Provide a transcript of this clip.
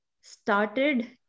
started